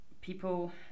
people